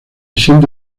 siente